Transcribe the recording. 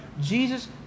Jesus